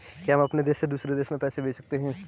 क्या हम अपने देश से दूसरे देश में रुपये भेज सकते हैं?